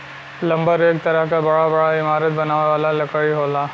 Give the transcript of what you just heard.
lumber एक तरह क बड़ा बड़ा इमारत बनावे वाला लकड़ी होला